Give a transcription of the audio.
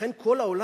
לכן כל העולם,